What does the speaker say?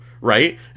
Right